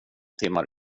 timmar